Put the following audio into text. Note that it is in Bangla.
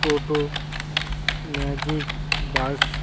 টোটো ম্যাজিক বাস